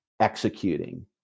executing